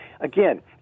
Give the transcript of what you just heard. again